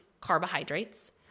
carbohydrates